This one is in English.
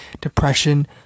depression